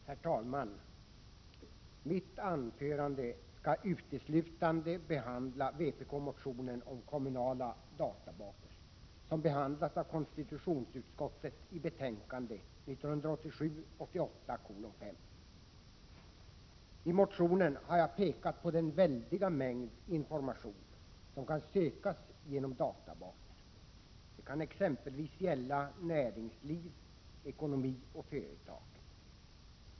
Herr talman! Mitt anförande skall uteslutande behandla vpk-motionen om kommunala databaser, som har behandlats av konstitutionsutskottet i betänkande 1987/88:5. I motionen har jag pekat på den väldiga mängd information som kan sökas genom databaser. Det kan exempelvis gälla näringsliv, ekonomi och företag.